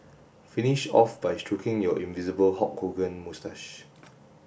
finish off by stroking your invisible Hulk Hogan moustache